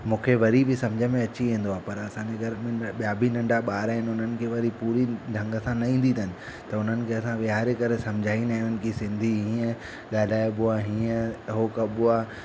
मूंखे वरी बि सम्झ में अची वेंदो आहे पर असांजे घर में ॿियां बि नंढा ॿार आहिनि उन्हनि खे वरी पूरी ढंग सां न ईंदी अथनि त उन्हनि खे असां विहारे करे सम्झाईंदा आहियूं की सिंधी हीअं ॻालाइबो आहे हीअं उहो कबो आहे